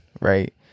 right